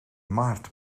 maart